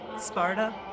Sparta